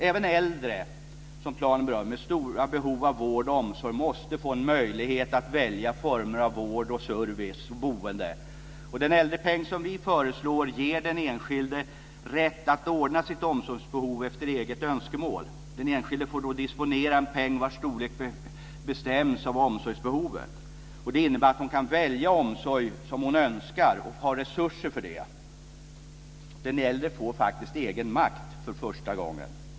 Även äldre, som planen berör, med stora behov av vård och omsorg måste få en möjlighet att välja former av vård, service och boende. Den äldrepeng som vi föreslår ger den enskilde rätt att ordna sitt omsorgsbehov efter eget önskemål. Den enskilde får då disponera en peng vars storlek bestäms av omsorgsbehovet. Det innebär att hon kan välja omsorg som hon önskar och ha resurser för det. Den äldre får faktiskt egen makt för första gången.